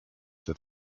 that